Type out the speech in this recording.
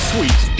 Sweet